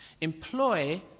Employ